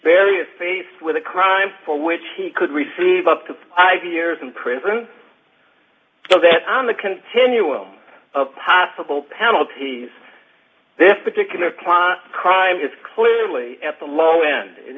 various faced with a crime for which he could receive up to i v years in prison so that on the continuum of possible penalties this particular plot crime is clearly at the low end